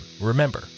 remember